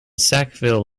sackville